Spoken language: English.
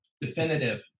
definitive